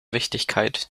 wichtigkeit